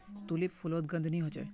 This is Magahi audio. तुलिप फुलोत गंध नि होछे